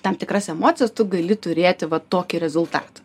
tam tikras emocijas tu gali turėti va tokį rezultatą